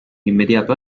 immediato